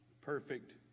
perfect